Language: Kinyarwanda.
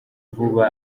vuba